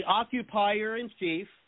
occupier-in-chief